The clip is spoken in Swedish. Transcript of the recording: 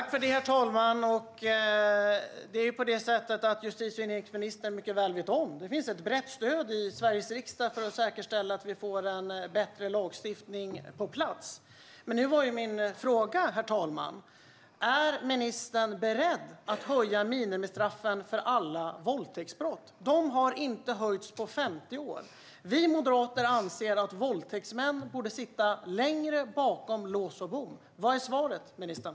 Herr talman! Justitie och inrikesministern vet mycket väl om att det finns ett brett stöd i Sveriges riksdag för att säkerställa att vi får en bättre lagstiftning på plats. Men min fråga, herr talman, var huruvida ministern är beredd att höja minimistraffen för alla våldtäktsbrott. De har inte höjts på 50 år. Vi moderater anser att våldtäktsmän borde sitta längre bakom lås och bom. Vad är svaret, ministern?